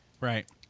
Right